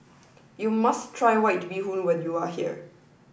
you must try White Bee Hoon when you are here